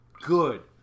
good